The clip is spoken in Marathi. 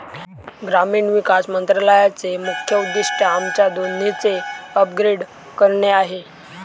ग्रामीण विकास मंत्रालयाचे मुख्य उद्दिष्ट आमच्या दोन्हीचे अपग्रेड करणे आहे